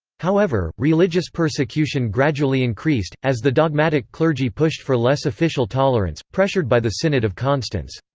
however, religious persecution gradually increased, as the dogmatic clergy pushed for less official tolerance, pressured by the synod of constance.